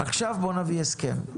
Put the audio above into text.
עכשיו בואו נביא הסכם.